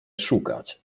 szukać